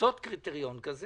לעשות קריטריון כזה